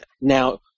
Now